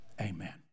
amen